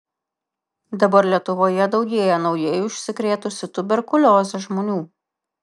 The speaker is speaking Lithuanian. dabar lietuvoje daugėja naujai užsikrėtusių tuberkulioze žmonių